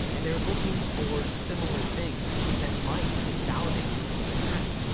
and they're looking for similar things that might invalidate your own patent.